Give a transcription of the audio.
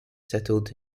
settled